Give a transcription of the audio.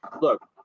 Look